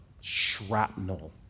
shrapnel